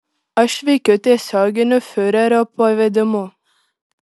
aš veikiu tiesioginiu fiurerio pavedimu